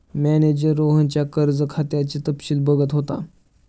manager रोहनच्या कर्ज खात्याचे तपशील बघत होता